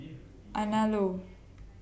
Anello